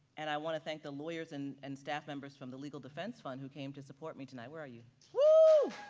and i want to thank the lawyers and and staff members from the legal defense fund who came to support me tonight. where are you? woo!